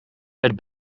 het